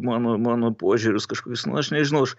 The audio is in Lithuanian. mano mano požiūrius kažkokius nu aš nežinau aš